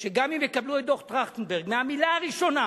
גם אם יקבלו את דוח-טרכטנברג מהמלה הראשונה